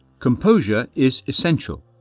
composure is essential.